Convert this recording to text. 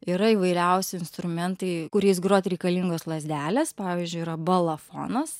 yra įvairiausi instrumentai kuriais grot reikalingos lazdelės pavyzdžiui yra balafonas